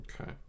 okay